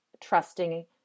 trusting